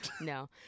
no